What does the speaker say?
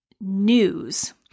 news